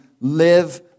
live